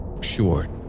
short